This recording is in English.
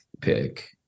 pick